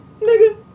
nigga